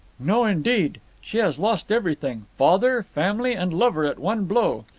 no, indeed. she has lost everything father, family and lover at one blow.